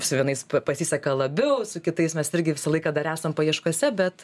su vienais pasiseka labiau su kitais mes irgi visą laiką dar esam paieškose bet